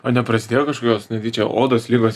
o neprasidėjo kažkokios netyčia odos ligos